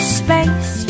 space